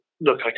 look